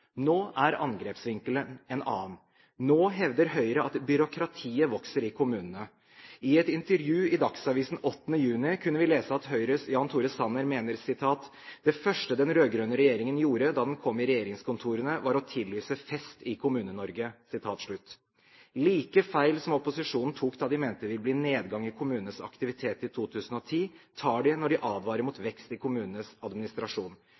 Nå er angrepsvinkelen en annen, nå hevder Høyre at «byråkratiet» vokser i kommunene. I et intervju i Dagsavisen 8. juni kunne vi lese at Høyres Jan Tore Sanner mener: «Det første de rødgrønne gjorde da de kom i regjeringskontorene var å tillyse fest i Kommune-Norge.» Like feil som opposisjonen tok da de mente det ville bli nedgang i kommunenes aktivitet i 2010, tar de nå, når de advarer mot vekst i kommunenes administrasjon.